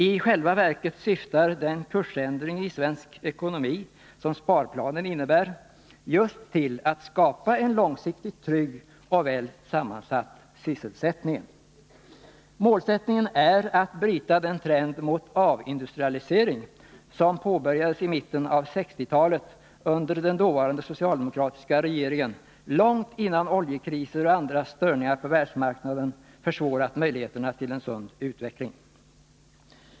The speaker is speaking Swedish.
I själva verket syftar den kursändring i svensk ekonomi som sparplanen innebär just till att skapa en långsiktigt trygg och väl sammansatt sysselsättning. Målsättningen är att bryta den trend mot avindustrialisering som påbörjades i mitten av 1960-talet, under den dåvarande socialdemokratiska regeringen. Detta skedde långt innan oljekriser och andra störningar på världsmarknaden försvårade möjligheten till en sund utveckling.